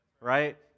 right